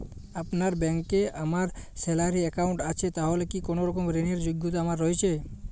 আপনার ব্যাংকে আমার স্যালারি অ্যাকাউন্ট আছে তাহলে কি কোনরকম ঋণ র যোগ্যতা আমার রয়েছে?